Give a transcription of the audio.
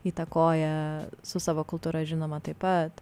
įtakoja su savo kultūra žinoma taip pat